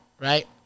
right